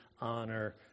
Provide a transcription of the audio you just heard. honor